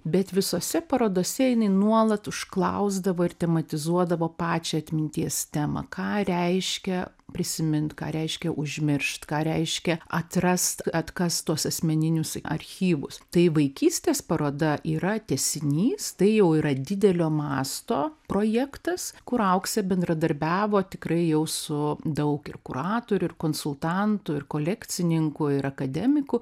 bet visose parodose jinai nuolat užklausdavo ir tematizuodavo pačią atminties temą ką reiškia prisimint ką reiškia užmiršt ką reiškia atrast atkast tuos asmeninius archyvus tai vaikystės paroda yra tęsinys tai jau yra didelio masto projektas kur auksė bendradarbiavo tikrai jau su daug ir kuratorių ir konsultantų ir kolekcininkų ir akademikų